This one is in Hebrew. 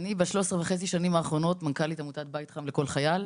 אני ב-13.5 האחרונות מנכ"לית עמותת בית חם לכל חייל.